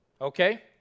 Okay